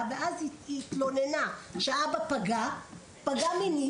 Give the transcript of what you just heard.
ואז היא התלוננה שהאבא פגע מינית.